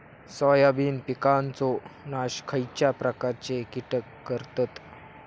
Soybean पिकांचो नाश खयच्या प्रकारचे कीटक करतत?